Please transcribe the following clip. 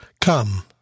Come